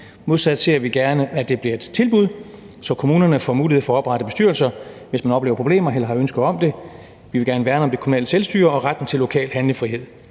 Modsat ser vi gerne, at det bliver et tilbud, så kommunerne får mulighed for at oprette bestyrelser, hvis de oplever problemer eller har ønske om det. Vi vil gerne værne om det kommunale selvstyre og retten til lokal handlefrihed.